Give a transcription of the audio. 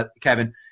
Kevin